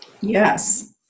Yes